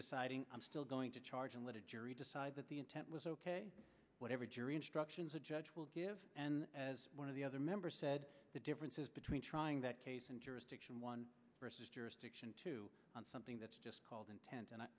deciding i'm still going to charge and let a jury decide that the intent was ok whatever jury instructions a judge will give and as one of the other members said the differences between trying that case in jurisdiction one vs jurisdiction two on something that's just called intent and i